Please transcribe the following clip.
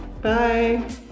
Bye